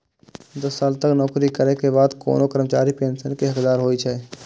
दस साल तक नौकरी करै के बाद कोनो कर्मचारी पेंशन के हकदार होइ छै